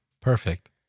perfect